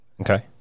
Okay